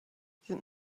sind